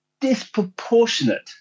Disproportionate